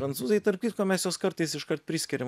prancūzai tarp kitko mes juos kartais iškart priskiriam